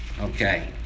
okay